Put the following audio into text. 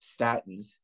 statins